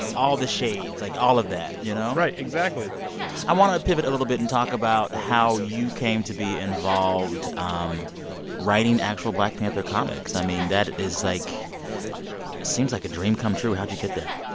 um all the shades. like, all of that, you know? right. exactly i want to pivot a little bit and talk about how you came to be involved um writing the actual black panther comics. i mean, that is like seems like a dream come true. how did you get there?